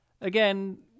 again